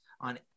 on